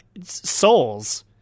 souls